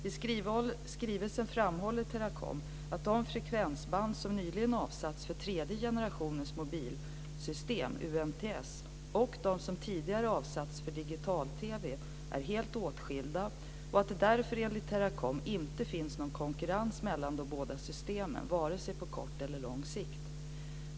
I skrivelsen framhåller Teracom att de frekvensband som nyligen avsatts för tredje generationens mobiltelesystem, UMTS, Universal Mobile Telecommunications System, och de som tidigare avsatts för digital-TV är helt åtskilda och att det därför enligt Teracom inte finns någon konkurrens mellan de båda systemen, vare sig på kort eller lång sikt.